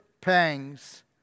pangs